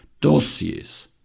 dossiers